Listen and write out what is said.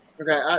Okay